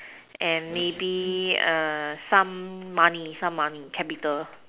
and maybe some money some money capital